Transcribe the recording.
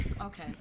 okay